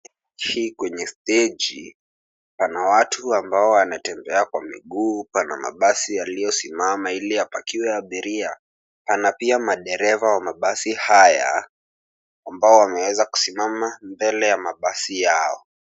Kwenye steji, pana watu ambao wana tembea kwa miguu, pana mabasi yalio simama ili yapakiwe abiria, pana pia madereva wa mabasi haya, ambao wameweza kusimama mbele ya mabasi yao.